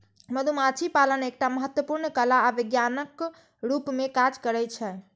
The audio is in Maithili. मधुमाछी पालन एकटा महत्वपूर्ण कला आ विज्ञानक रूप मे काज करै छै